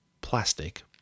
plastic